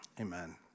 amen